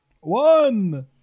One